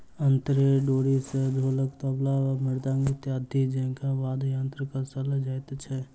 अंतरी डोरी सॅ ढोलक, तबला, मृदंग इत्यादि जेंका वाद्य यंत्र कसल जाइत छै